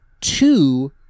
two